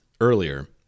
earlier